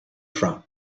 from